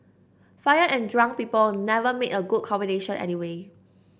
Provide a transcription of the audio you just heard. fire and drunk people never make a good combination anyway